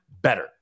better